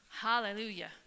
Hallelujah